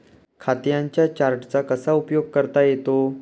खात्यांच्या चार्टचा कसा उपयोग करता येतो?